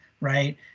right